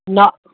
नहि